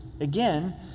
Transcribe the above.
Again